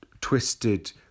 twisted